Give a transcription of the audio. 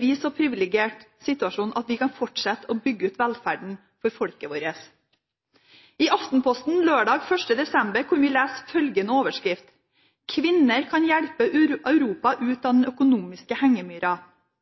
vi i den privilegerte situasjon at vi kan fortsette å bygge ut velferden for folket vårt. I Aftenposten lørdag den 3. desember kunne vi lese følgende overskrift: «Kvinner kan hjelpe Europa opp av den økonomiske hengemyra.»